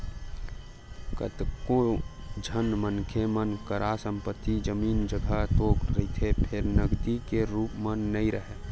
कतको झन मनखे मन करा संपत्ति, जमीन, जघा तो रहिथे फेर नगदी के रुप म नइ राहय